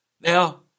Now